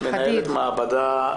מנהלת מעבדה,